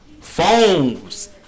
Phones